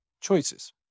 choices